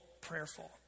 prayerful